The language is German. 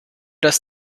das